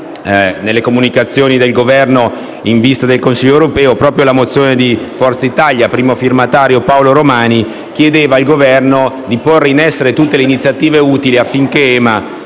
nelle comunicazioni del Governo in vista del Consiglio europeo, proprio la mozione di Forza Italia, avente come primo firmatario il senatore Paolo Romani, chiedeva al Governo di porre in essere tutte le iniziative utili affinché l'EMA